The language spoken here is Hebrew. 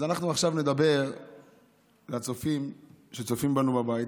אז אנחנו עכשיו נדבר לצופים שצופים בנו בבית,